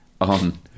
on